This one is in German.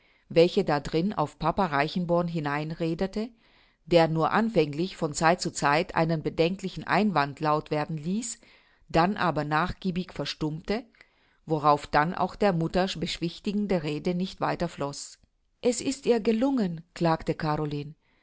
welche da d'rin auf papa reichenborn hineinredete der nur anfänglich von zeit zu zeit einen bedenklichen einwand laut werden ließ dann aber nachgiebig verstummte worauf dann auch der mutter beschwichtigende rede nicht weiter floß es ist ihr gelungen klagte caroline